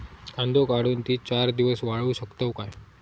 कांदो काढुन ती चार दिवस वाळऊ शकतव काय?